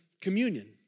Communion